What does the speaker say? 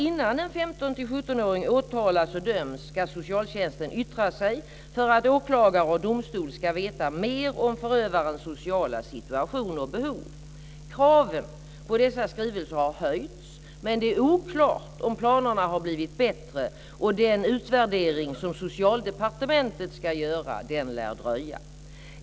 Innan en 15-17-åring åtalas och döms ska socialtjänsten yttra sig för att åklagare och domstol ska veta mer om förövarens sociala situation och behov. Kraven på dessa skrivelser har höjts, men det är oklart om planerna har blivit bättre. Den utvärdering som Socialdepartementet ska göra lär dröja.